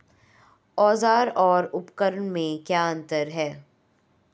औज़ार और उपकरण में क्या अंतर है?